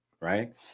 right